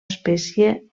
espècie